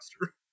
master